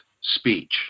speech